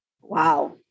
wow